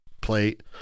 plate